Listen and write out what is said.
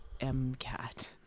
MCAT